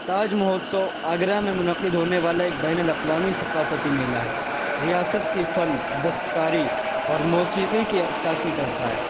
تاج مہوتسو آگرہ میں منعقد ہونے والا ایک بین الاقوامی ثقافتی میلہ ہے ریاست کی فن دستکاری اور موسیقی کی عکاسی کرتا ہے